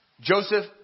Joseph